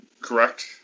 correct